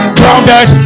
grounded